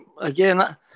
again